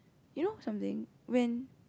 you know something when